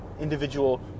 individual